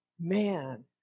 man